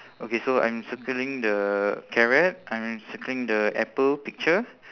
okay so I'm circling the carrot I'm circling the apple picture